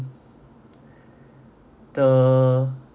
the